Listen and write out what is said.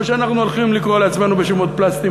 או שאנחנו הולכים לקרוא לעצמנו בשמות פלסטיים